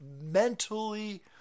mentally